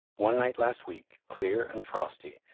one night last week, clear and frosty,